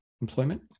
employment